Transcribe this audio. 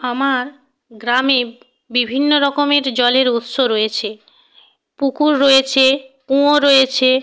আমার গ্রামে বিভিন্ন রকমের জলের উৎস রয়েছে পুকুর রয়েছে কুয়ো রয়েছে